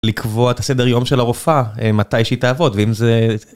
לקבוע את הסדר יום של הרופאה, מתי שהיא תעבוד, ואם זה...